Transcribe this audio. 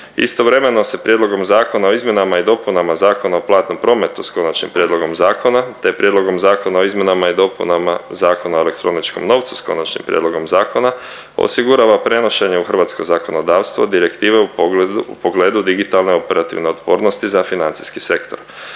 Istovremeno se Prijedlogom Zakona o izmjenama i dopunama Zakona o platnom prometu s konačnim prijedlogom zakon te Prijedlogom Zakona o izmjenama i dopunama Zakona o elektroničkom novcu s konačnim prijedlogom zakona osigurava prenošenje u hrvatsko zakonodavstvo direktive u pogledu digitalne operativne otpornosti za financijski sektor.